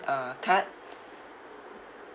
uh card